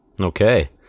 Okay